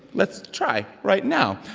let's try right now.